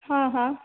हां हां